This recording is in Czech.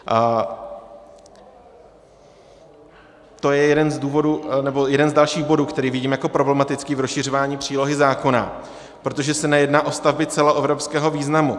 A to je jeden z důvodů, nebo jeden z dalších bodů, které vidím jako problematické v rozšiřování přílohy zákona, protože se nejedná o stavby celoevropského významu.